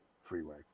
freeway